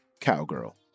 cowgirl